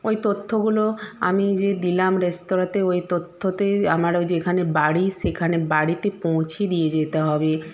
ওই তথ্যগুলো আমি যে দিলাম রেস্তোরাঁতে ওই তথ্যতে আমারও যেখানে বাড়ি সেখানে বাড়িতে পৌঁছে দিয়ে যেতে হবে